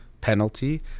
penalty